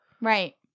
Right